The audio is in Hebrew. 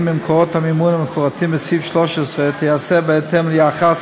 ממקורות המימון המפורטים בסעיף 13 תיעשה בהתאם ליחס